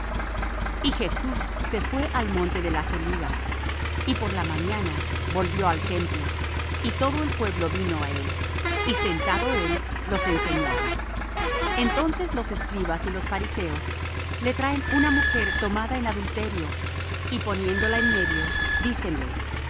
y jesus se fué al monte de las olivas y por la mañana volvió al templo y todo el pueblo vino á él y sentado él los enseñaba entonces los escribas y los fariseos le traen una mujer tomada en adulterio y poniéndola en medio dícenle